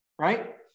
Right